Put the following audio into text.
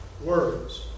words